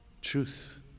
truth